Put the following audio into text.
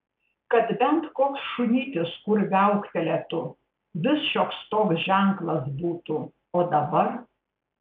kad bent koks šunytis kur viauktelėtų vis šioks toks ženklas būtų o dabar